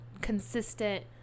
consistent